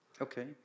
Okay